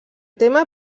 tema